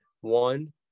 One